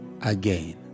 again